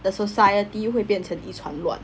the society 会变成一团乱